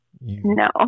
No